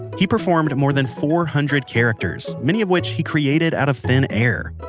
he performed more than four hundred characters, many of which he created out of thin air.